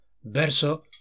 verso